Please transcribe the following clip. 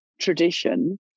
tradition